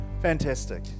Fantastic